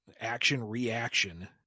action-reaction